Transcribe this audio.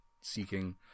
seeking